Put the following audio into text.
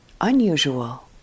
unusual